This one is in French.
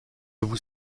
vous